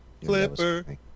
Flipper